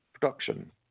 production